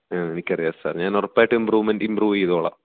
ആ എനിക്കറിയാം സാർ ഞാൻ ഉറപ്പായിട്ടും ഇമ്പ്രൂവ്മെൻറ്റ് ഇമ്പ്രൂവ് ചെയ്തോളാം